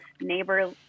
neighbor